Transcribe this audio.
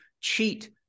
cheat